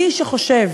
מי שחושב